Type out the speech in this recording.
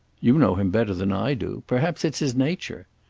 you know him better than i do. perhaps it's his nature.